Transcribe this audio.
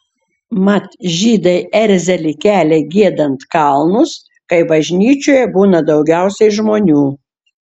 mat žydai erzelį kelia giedant kalnus kai bažnyčioje būna daugiausiai žmonių